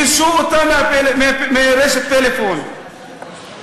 גירשו אותה מרשת "פלאפון".